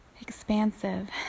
expansive